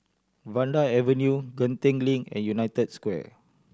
Vanda Avenue Genting Link and United Square